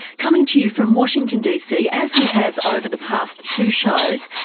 coming to you from washington dc, as we have over the past two shows,